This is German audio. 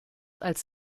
als